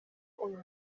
uyu